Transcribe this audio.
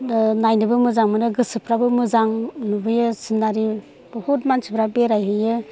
नायनोबो मोजां मोनो गोसोफ्राबो मोजां नुबोयो सिनारि बहुद मानसिफ्रा बेरायहैयो